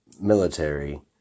military